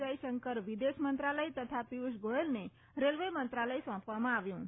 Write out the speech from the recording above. જયશંકર વિદેશ મંત્રાલય તથા પિયૂષ ગોયલને રેલવે મંત્રાલય સોંપવામાં આવ્યૂં